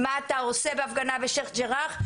מה אתה עושה בהפגנה בשייח' ג'ראח.